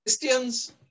Christians